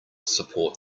support